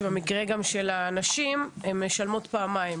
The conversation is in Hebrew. שבמקרה של נשים הן משלמות פעמיים,